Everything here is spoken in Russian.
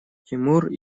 тимур